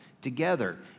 together